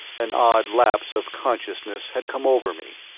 an odd lapse of consciousness had come over me.